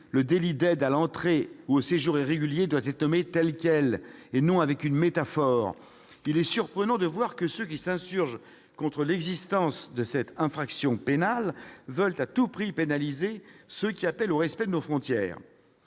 le délit d'aide à l'entrée ou au séjour irrégulier tel quel, et non utiliser une métaphore. Il est surprenant de voir que ceux qui s'insurgent contre l'existence de cette infraction pénale veulent à tout prix pénaliser ceux qui appellent au respect de nos frontières.